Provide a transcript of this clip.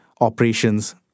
operations